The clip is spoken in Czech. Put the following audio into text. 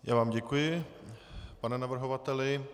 Já vám děkuji, pane navrhovateli.